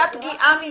הייתה פגיע המינית.